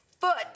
foot